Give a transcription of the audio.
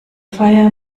feier